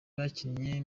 bakinnye